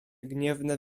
gniewne